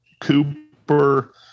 Cooper